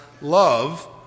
love